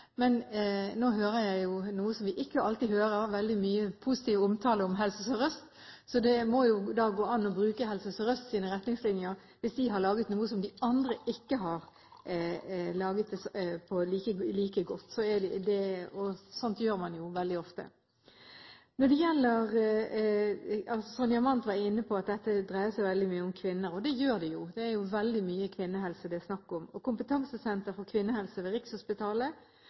Men nå hører jeg jo noe vi ikke alltid hører: veldig mye positiv omtale av Helse Sør-Øst. Det må gå an å bruke Helse Sør-Østs retningslinjer hvis de har laget noe som de andre ikke har laget like godt. Sånt gjør man jo veldig ofte. Sonja Mandt var inne på at dette dreier seg veldig mye om kvinner. Det gjør det jo. Det er veldig mye kvinnehelse det er snakk om. Kompetansesenter for kvinnehelse ved